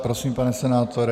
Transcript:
Prosím, pane senátore.